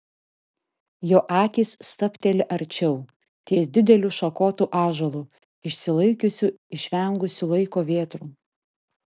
jo akys stabteli arčiau ties dideliu šakotu ąžuolu išsilaikiusiu išvengusiu laiko vėtrų